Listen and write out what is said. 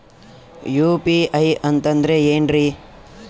UPI ಅಂತಂದ್ರೆ ಏನ್ರೀ?